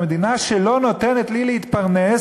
המדינה שלא נותנת לי להתפרנס,